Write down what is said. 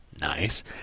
nice